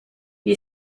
wie